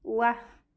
ৱাহ